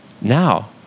now